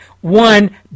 one